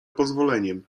pozwoleniem